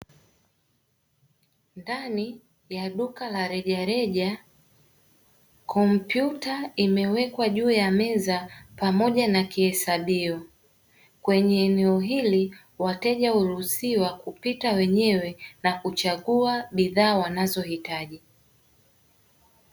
Ndani ya duka la rejareja, kompyuta imewekwa juu ya meza pamoja na kihesabio, kwenye eneo hili wateja huruhusiwa kupita wenyewe na kuchagua bidhaa wanazohitaji.